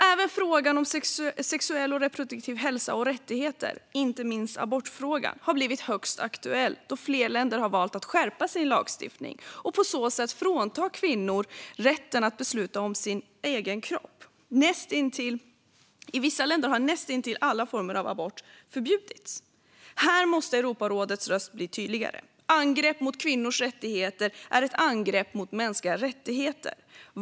Även frågan om sexuell och reproduktiv hälsa och rättigheter, inte minst abortfrågan, har blivit högst aktuell då flera länder har valt att skärpa sin lagstiftning och på så sätt frånta kvinnor rätten att besluta om sin egen kropp. I vissa länder har nästintill alla former av abort förbjudits. Här måste Europarådets röst bli tydligare. Angrepp mot kvinnors rättigheter är ett angrepp mot mänskliga rättigheter.